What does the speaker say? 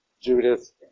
Judith